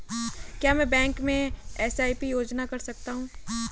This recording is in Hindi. क्या मैं बैंक में एस.आई.पी योजना कर सकता हूँ?